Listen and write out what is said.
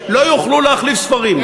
לא יוכלו להחליף ספרים.